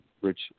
rich